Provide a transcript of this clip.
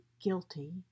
guilty